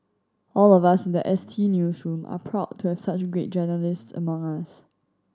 all of us in the S T newsroom are proud to have such great journalists among us